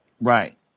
Right